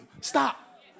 Stop